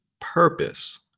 purpose